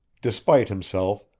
despite himself,